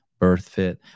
BirthFit